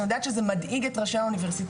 אני יודעת שזה מדאיג את ראשי האוניברסיטאות,